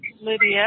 Lydia